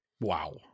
Wow